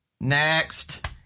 next